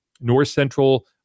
north-central